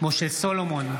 משה סולומון,